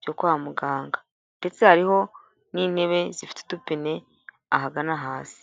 byo kwa muganga ndetse hariho n'intebe zifite udupine ahagana hasi.